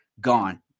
gone